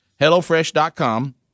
Hellofresh.com